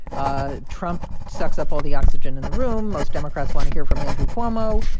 ah trump sucks up all the oxygen in the room. most democrats want to hear from andrew cuomo.